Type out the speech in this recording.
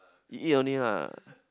you eat only lah